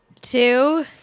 two